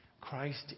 Christ